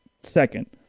second